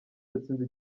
yatsinze